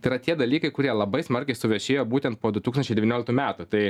tai yra tie dalykai kurie labai smarkiai suvešėjo būtent po du tūkstančiai devynioliktų metų tai